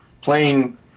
playing